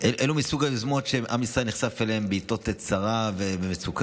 זה מסוג היוזמות שעם ישראל נחשף אליהן בעיתות צרה ומצוקה,